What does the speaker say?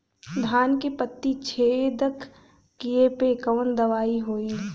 धान के पत्ती छेदक कियेपे कवन दवाई होई?